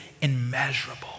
immeasurable